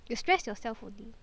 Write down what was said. you stress yourself for this